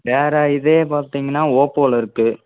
வேறு இதே பார்த்தீங்கன்னா ஓப்போவில் இருக்குது